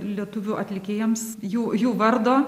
lietuvių atlikėjams jų jų vardo